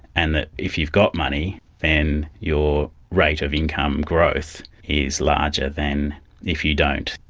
and that if you've got money then your rate of income growth is larger than if you don't.